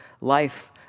life